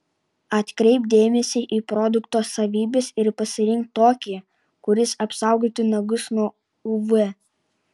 atkreipk dėmesį į produkto savybes ir pasirink tokį kuris apsaugotų nagus nuo uv